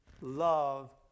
love